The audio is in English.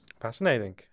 Fascinating